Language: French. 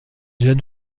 jeune